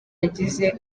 yagize